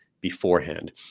beforehand